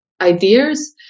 ideas